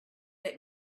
let